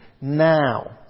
now